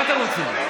מה אתם רוצים?